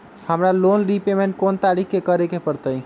हमरा loan repayment कोन तारीख के करे के परतई?